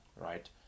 right